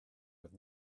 with